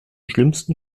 schlimmsten